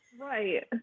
Right